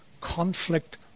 conflict